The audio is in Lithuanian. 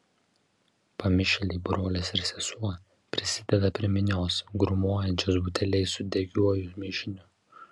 pamišėliai brolis ir sesuo prisideda prie minios grūmojančios buteliais su degiuoju mišiniu